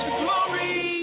glory